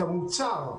המוצר,